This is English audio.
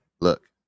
Look